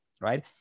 right